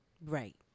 Right